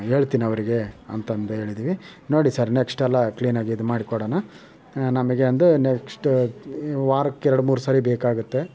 ಹೇಳ್ತಿನವ್ರಿಗೆ ಅಂತಂದೇಳಿದ್ವಿ ನೋಡಿ ಸರ್ ನೆಕ್ಸ್ಟೆಲ್ಲ ಕ್ಲೀನಾಗಿ ಇದ್ಮಾಡಿ ಕೊಡೋಣ ನಮಗೆ ಒಂದು ನೆಕ್ಸ್ಟು ವಾರಕ್ಕೆರಡು ಮೂರು ಸರಿ ಬೇಕಾಗತ್ತೆ